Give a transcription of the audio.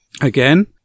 again